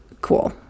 cool